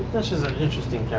is an interesting